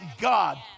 God